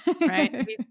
right